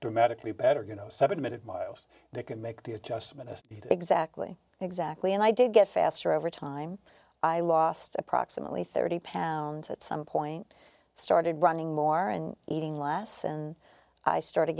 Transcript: dramatically better you know seven minute miles they could make the adjustment is exactly exactly and i did get faster over time i lost approximately thirty pounds at some point started running more and eating less and i started